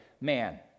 man